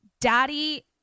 daddy